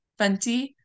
Fenty